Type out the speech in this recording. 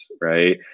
right